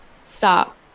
Stop